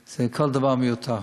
זה, כל דבר מיותר.